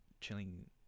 chilling